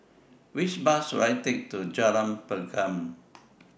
Which Bus should I Take to Jalan Pergam